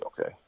okay